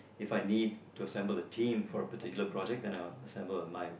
If I need to assemble the theme for a particular project then I will assemble a night